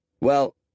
Well